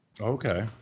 Okay